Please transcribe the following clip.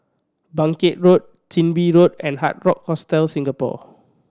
Bangkit Road Chin Bee Road and Hard Rock Hostel Singapore